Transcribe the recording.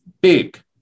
big